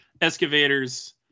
excavators